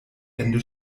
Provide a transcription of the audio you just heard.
ende